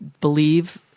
believe